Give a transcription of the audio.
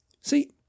See